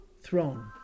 Throne